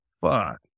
Fuck